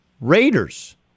Raiders